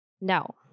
Now